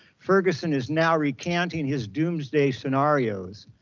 ferguson is now recanting his doomsday scenarios.